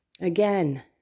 Again